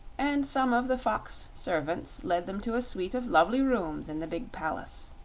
and some of the fox-servants led them to a suite of lovely rooms in the big palace.